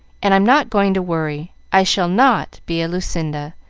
and i'm not going to worry i shall not be a lucinda,